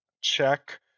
check